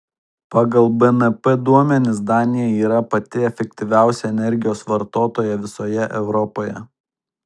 pagal bnp duomenis danija yra pati efektyviausia energijos vartotoja visoje europoje